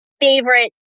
favorite